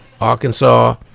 Arkansas